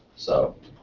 so.